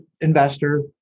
investor